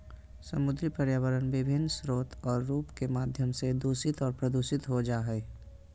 समुद्री पर्यावरण विभिन्न स्रोत और रूप के माध्यम से दूषित और प्रदूषित हो जाय हइ